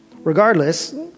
Regardless